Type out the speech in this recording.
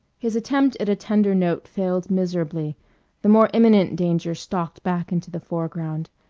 his attempt at a tender note failed miserably the more imminent danger stalked back into the foreground.